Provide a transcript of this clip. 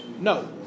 No